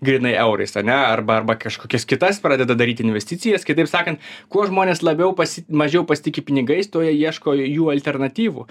grynai eurais ane arba arba kažkokias kitas pradeda daryti investicijas kitaip sakant kuo žmonės labiau pasit mažiau pasitiki pinigais to jie ieško jų alternatyvų